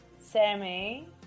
Sammy